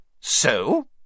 So